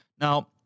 Now